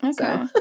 okay